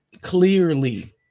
clearly